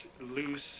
loose